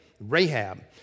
Rahab